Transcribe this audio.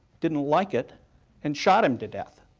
didn't like it and shot him to death.